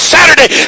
Saturday